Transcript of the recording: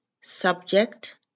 Subject